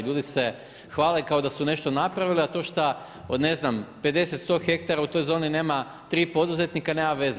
Ljudi se hvale kao da su nešto napravili, a to šta od ne znam 50, 100 ha u toj zoni nema tri poduzetnika nema veze.